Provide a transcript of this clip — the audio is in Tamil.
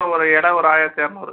ஒரு இட ஒரு ஆயிரத்து இரநூறு